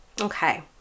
okay